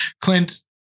clint